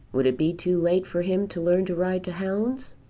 would it be too late for him to learn to ride to hounds?